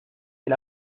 del